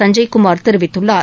சஞ்சய் குமார் தெரிவித்துள்ளார்